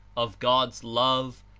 of god's love,